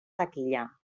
taquilla